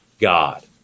God